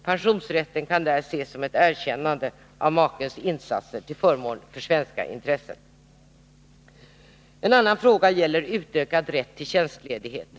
Pensionsrätten kan ses som ett erkännande av makens insatser till förmån för svenska intressen. En annan fråga gäller utökad rätt till tjänstledighet.